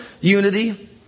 unity